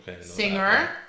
singer